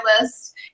list